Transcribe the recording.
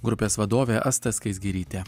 grupės vadovė asta skaisgirytė